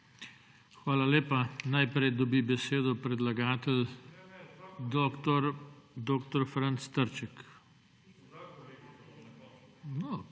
Hvala lepa. Najprej dobi besedo predlagatelj dr. Franc Trček. / oglašanje